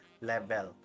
level